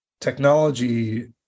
technology